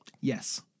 yes